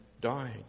died